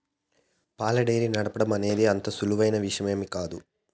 పాల డెయిరీ నడపటం అనేది అంత సులువైన విషయమేమీ కాదు